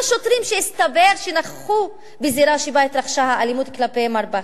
שוטרים שהסתבר שנכחו בזירה שבה התרחשה האלימות כלפי מר בכרי.